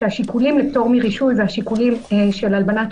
שהשיקולים לפטור מרישוי והשיקולים של הלבנת